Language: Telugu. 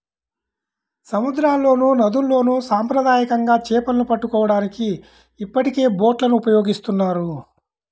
సముద్రాల్లోనూ, నదుల్లోను సాంప్రదాయకంగా చేపలను పట్టుకోవడానికి ఇప్పటికే బోట్లను ఉపయోగిస్తున్నారు